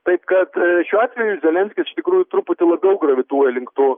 taip kad šiuo atveju zelenskis iš tikrųjų truputį labiau gravituoja link to